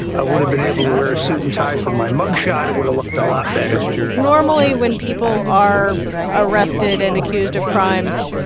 i would have been able to wear a suit and tie for my mugshot. it would have looked a lot better normally when people are arrested and accused of crimes,